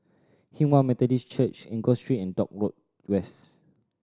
Hinghwa Methodist Church Enggor Street and Dock Road West